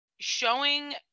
showing